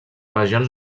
regions